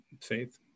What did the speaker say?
faith